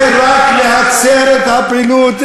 זה רק להצר את הפעילות,